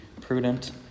prudent